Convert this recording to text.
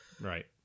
Right